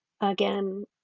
again